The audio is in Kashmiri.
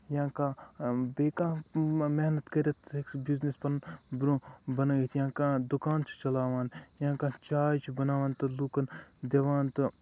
یا کانٛہہ بیٚیہِ کانٛہہ محنت کٔرِتھ ہٮ۪کہِ سُہ بِزنٮ۪س پَنُن برونٛہہ بَناوِتھ یا کانٛہہ دُکان چھُ چَلاوان یا کانٛہہ چاے چھُ بَناوان تہٕ لُکَن دِوان تہٕ